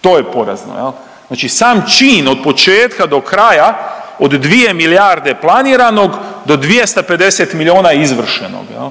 To je porazno, je li? Znači sam čim, otpočetka do kraja, od 2 milijarde planiranog do 250 milijuna izvršenog, je li?